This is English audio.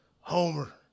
homer